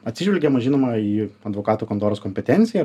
atsižvelgiama žinoma į advokatų kontoros kompetenciją